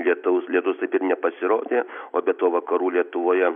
lietaus lietus nepasirodė o be to vakarų lietuvoje